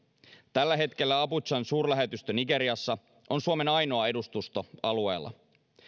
tällä hetkellä abujan suurlähetystö nigeriassa on suomen ainoa edustusto alueella